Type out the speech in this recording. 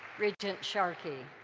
regent sharkey.